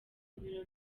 biro